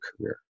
career